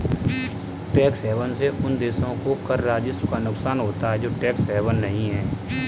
tax haven से उन देशों को कर राजस्व का नुकसान होता है जो टैक्स हेवन नहीं हैं